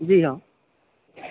जी हॅं